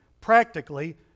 practically